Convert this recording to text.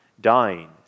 dying